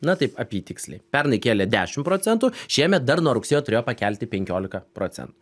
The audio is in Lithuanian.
na taip apytiksliai pernai kėlė dešimt procentų šiemet dar nuo rugsėjo turėjo pakelti penkiolika procen